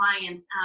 clients